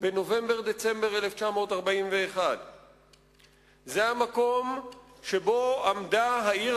בנובמבר-דצמבר 1941. זה המקום שבו עמדה העיר